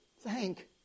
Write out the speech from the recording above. thank